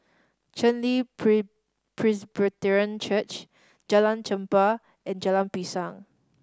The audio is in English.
Chen Li Presbyterian Church Jalan Chempah and Jalan Pisang